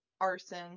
arson